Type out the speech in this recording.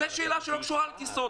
זו שאלה שלא קשורה לטיסות.